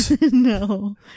No